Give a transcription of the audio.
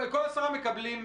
הם קיבלו